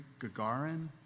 Gagarin